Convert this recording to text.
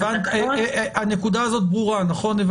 הנקודה הזאת ברורה נכון?